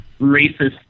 racist